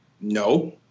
no